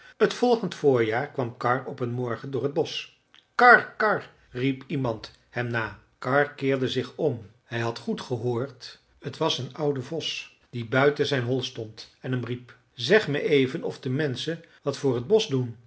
het volgend voorjaar kwam karr op een morgen door het bosch karr karr riep iemand hem na karr keerde zich om hij had goed gehoord t was een oude vos die buiten zijn hol stond en hem riep zeg me even of de menschen wat voor het bosch doen